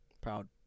Proud